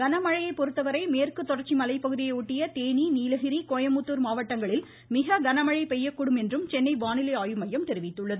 கனமழையை பொறுத்தவரை மேற்கு தொடர்ச்சி மலைப்பகுதியை ஒட்டிய தேனி நீலகிரி கோயமுத்தூர் மாவட்டங்களில் மிக கனமழை பெய்யக்கூடும் என்றும் சென்னை வானிலை ஆய்வு மையம் தெரிவித்துள்ளது